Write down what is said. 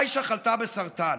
עאישה חלתה בסרטן